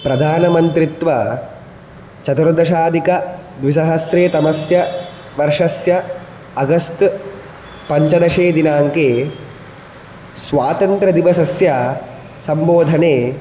प्रधानमत्रित्व चतुर्दशाधिकद्विसहस्रे तमस्य वर्षस्य आगस्त् पञ्चदशे दिनाङ्के स्वातन्त्र्यदिवसस्य सम्बोधने